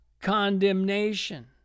Condemnation